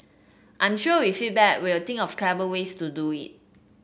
I'm sure with feedback we'll think of clever ways to do it